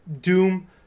Doom